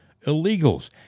illegals